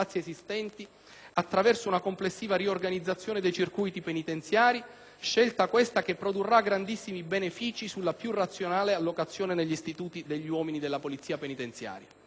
attraverso una complessiva riorganizzazione dei circuiti penitenziari, scelta questa che produrrà grandissimi benefici sulla più razionale allocazione negli istituti degli uomini della polizia penitenziaria.